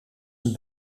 een